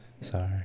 Sorry